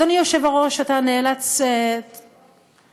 אדוני היושב-ראש, אתה תיאלץ להודות